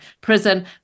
prison